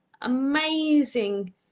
amazing